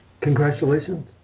Congratulations